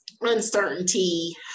uncertainty